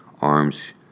arms